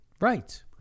Right